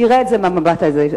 שיראה את זה מהמבט הזה.